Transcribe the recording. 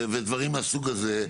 ודברים מהסוג הזה.